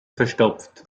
verstopft